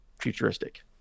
futuristic